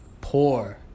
poor